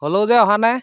হ'লেও যে অহা নাই